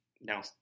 now